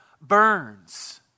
burns